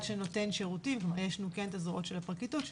שנותן שירותים יש לנו את הזרועות של הפרקליטות,